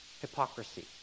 hypocrisy